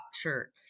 church